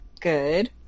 Good